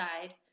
side